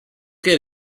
che